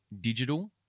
digital